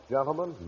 Gentlemen